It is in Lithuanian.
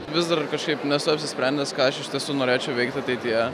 vis dar kažkaip nesu apsisprendęs ką aš iš tiesų norėčiau veikti ateityje